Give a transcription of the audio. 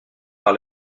par